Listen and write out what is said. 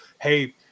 Hey